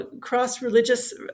cross-religious